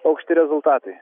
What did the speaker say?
aukšti rezultatai